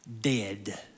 dead